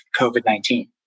COVID-19